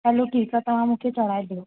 हलो ठीकु आहे तव्हां मूंखे चढ़ाए ॾियो